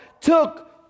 took